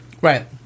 Right